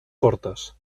fortes